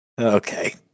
Okay